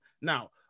Now